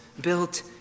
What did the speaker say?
built